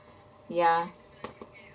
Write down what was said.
ya